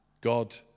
God